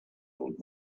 old